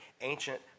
ancient